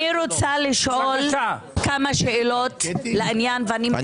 אני רוצה לשאול כמה שאלות לעניין ואני